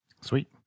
Sweet